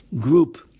group